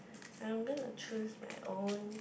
I'm gonna choose my own